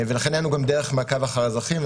ולכן אין לנו גם דרך מעקב אחר אזרחים,